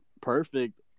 perfect